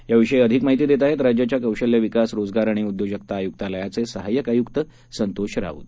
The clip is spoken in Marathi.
याविषयी अधिक माहिती देत आहेत राज्याच्या कौशल्य विकास रोजगार आणि उद्योजगता आयक्तालयाचे सहाय्यक आयक्त संतोष राऊत